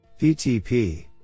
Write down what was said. PTP